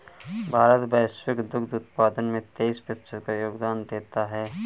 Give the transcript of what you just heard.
भारत वैश्विक दुग्ध उत्पादन में तेईस प्रतिशत का योगदान देता है